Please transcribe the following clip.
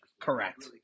Correct